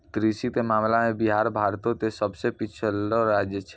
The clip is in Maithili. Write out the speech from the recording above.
कृषि के मामला मे बिहार भारतो के सभ से पिछड़लो राज्य छै